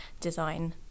design